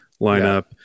lineup